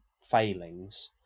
failings